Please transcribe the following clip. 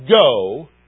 Go